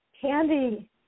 Candy